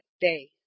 day